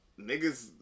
Niggas